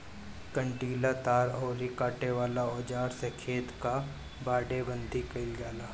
कंटीला तार अउरी काटे वाला औज़ार से खेत कअ बाड़ेबंदी कइल जाला